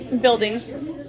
buildings